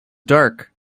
dark